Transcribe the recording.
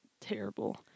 terrible